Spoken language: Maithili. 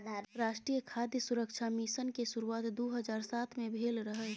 राष्ट्रीय खाद्य सुरक्षा मिशन के शुरुआत दू हजार सात मे भेल रहै